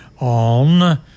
on